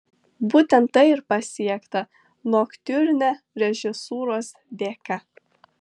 būtent tai ir pasiekta noktiurne režisūros dėka